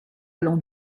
allant